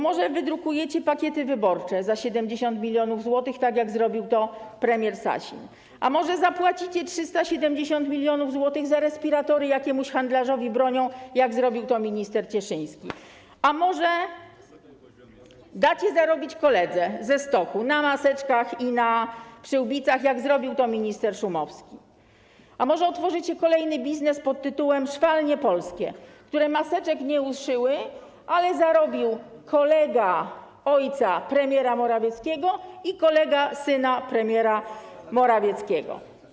Może wydrukujecie pakiety wyborcze za 70 mln zł, tak jak zrobił to premier Sasin, może zapłacicie 370 mln zł za respiratory jakiemuś handlarzowi bronią, jak zrobił to minister Cieszyński, może dacie zarobić koledze ze stoku na maseczkach i na przyłbicach, jak zrobił to minister Szumowski, a może otworzycie kolejny biznes w stylu „Polskich szwalni”, które maseczek nie uszyły, ale zarobił kolega ojca premiera Morawieckiego i kolega syna premiera Morawieckiego.